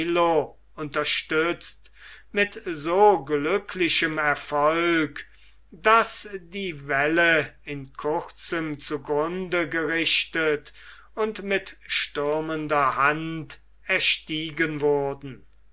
unterstützt mit so glücklichem erfolge daß die wälle in kurzem zu grunde gerichtet und mit stürmender hand erstiegen wurden